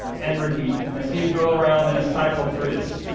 and repeat. and so you'd go around in a cycle through this.